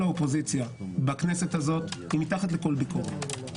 האופוזיציה בכנסת זאת היא מתחת לכל ביקורת.